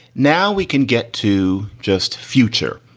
now we can get to just future,